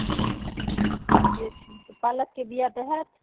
ठीके छै तऽ पालकके बिआ तऽ होयत